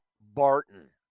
Barton